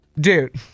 dude